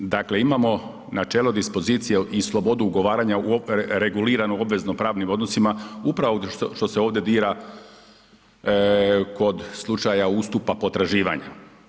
Dakle imamo načelo dispozicije i slobodu ugovaranja u regulirano obvezno-pravnim odnosima upravo što se ovdje dira kod slučaja ustupa potraživanja.